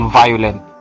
violent